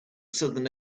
southern